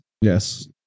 Yes